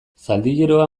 zaldieroa